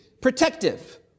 protective